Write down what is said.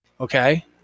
Okay